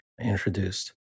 introduced